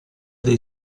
dei